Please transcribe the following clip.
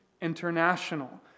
international